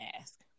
ask